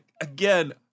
Again